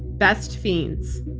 best fiends.